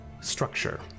structure